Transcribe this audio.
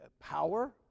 power